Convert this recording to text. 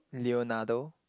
Leonardo